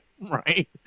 right